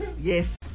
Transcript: Yes